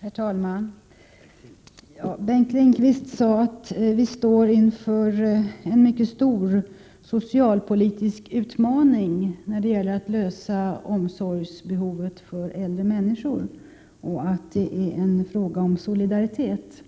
Herr talman! Bengt Lindqvist sade att vi står inför en mycket stor socialpolitisk utmaning när det gäller att klara omsorgsbehovet för äldre människor och att det är en fråga om solidaritet.